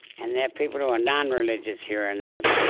and there are people who are nonreligious here and there.